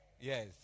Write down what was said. Yes